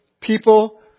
people